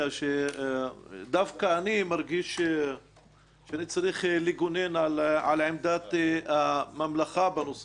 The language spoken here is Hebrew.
שדווקא אני מרגיש שאני צריך לגונן על עמדת הממלכה בנושא הזה.